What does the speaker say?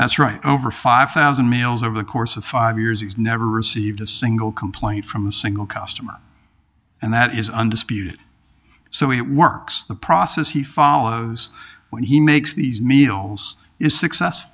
that's right over five thousand meals over the course of five years he's never received a single complaint from a single customer and that is undisputed so it works the process he follows when he makes these meals is success